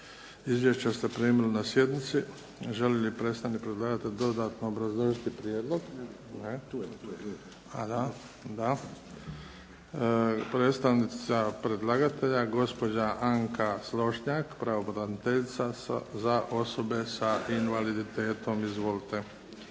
Izvješća ste primili na sjednici. Želi li predstavnik predlagatelja dodatno obrazložiti prijedlog? Da. Predstavnica predlagatelja gospođa Anka Slonjšak pravobraniteljica za osobe sa invaliditetom. Izvolite.